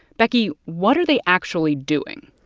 becky, what are they actually doing?